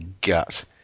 gut